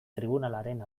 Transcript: tribunalaren